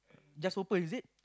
just open is it